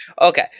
Okay